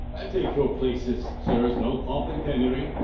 take your places, sirs, no pomp in penury,